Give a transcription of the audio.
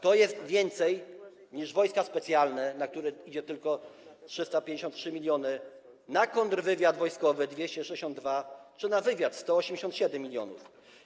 To jest więcej niż Wojska Specjalne, na które idzie tylko 353 mln, na kontrwywiad wojskowy - 262 mln, na wywiad - 187 mln.